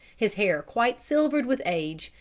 his hair quite silvered with age,